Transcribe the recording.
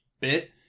bit